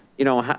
you know,